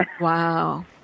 Wow